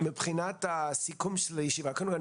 מבחינת סיכום הישיבה קודם כל,